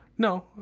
No